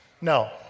No